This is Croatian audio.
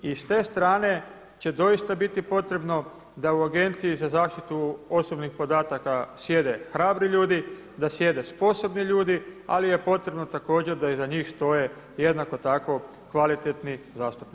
I s te strane će doista biti potrebno da u Agenciji za zaštitu osobnih podataka sjede hrabri ljudi, da sjede sposobni ljudi, ali je potrebno također da iza njih stoje jednako tako kvalitetni zastupnici.